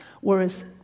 Whereas